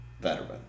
veteran